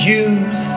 Jews